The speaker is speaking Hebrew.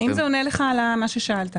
האם זה עונה על השאלה שלך?